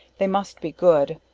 they must be good,